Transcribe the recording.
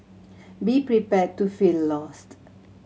be prepared to feel lost